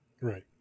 Right